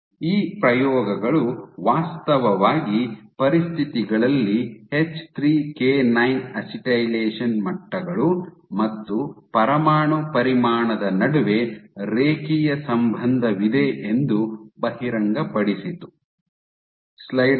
ಈ ಪ್ರಯೋಗಗಳು ವಾಸ್ತವವಾಗಿ ಪರಿಸ್ಥಿತಿಗಳಲ್ಲಿ ಎಚ್3ಕೆ9 ಅಸಿಟೈಲೇಷನ್ ಮಟ್ಟಗಳು ಮತ್ತು ಪರಮಾಣು ಪರಿಮಾಣದ ನಡುವೆ ರೇಖೀಯ ಸಂಬಂಧವಿದೆ ಎಂದು ಬಹಿರಂಗಪಡಿಸಿತು